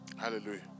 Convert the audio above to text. Hallelujah